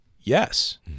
yes